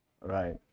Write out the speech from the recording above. right